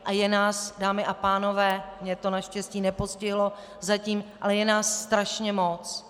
A je nás, dámy a pánové, mě to naštěstí nepostihlo zatím, je nás strašně moc.